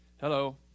Hello